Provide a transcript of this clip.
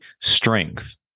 strength